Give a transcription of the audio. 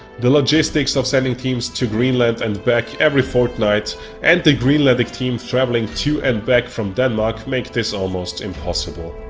the logistics of sending teams to greenland and back every fortnight and the greenlandic team travelling to and back from denmark, make this almost impossible.